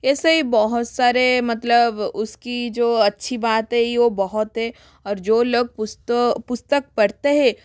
ऐसे ही बहुत सारे मतलब उसकी जो अच्छी बात है ओ बहुत है और जो लोग पुस्तक पढ़ते हैं